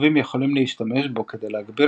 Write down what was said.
רוכבים יכולים להשתמש בו כדי להגביר